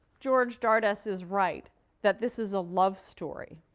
george dardess is right that this is a love story,